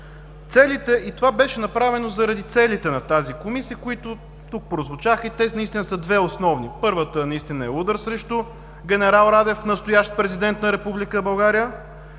България. И това беше направено заради целите на тази Комисия, които тук прозвучаха и те наистина са две основни. Първата наистина е удар срещу генерал Радев – настоящ президент на